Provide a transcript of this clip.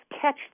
catch